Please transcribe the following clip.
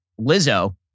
Lizzo